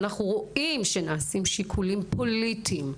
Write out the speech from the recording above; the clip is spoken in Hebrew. אנחנו רואים שנעשים שיקולים פוליטיים,